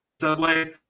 subway